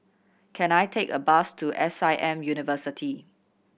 can I take a bus to S I M University